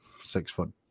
six-foot